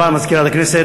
תודה רבה, מזכירת הכנסת.